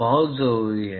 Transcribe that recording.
बहुत जरुरी है